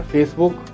Facebook